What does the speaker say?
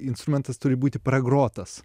instrumentas turi būti pragrotas